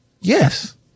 Yes